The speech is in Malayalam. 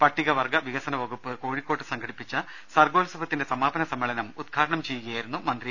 പട്ടികവർഗ വികസന വകുപ്പ് കോഴിക്കോട് സംഘടിപ്പിച്ച സർഗോത്സവത്തിന്റെ സമാപന സമ്മേളനം ഉദ്ഘാടനം ചെയ്യുകയായിരുന്നു മന്ത്രി